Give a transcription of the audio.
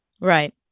Right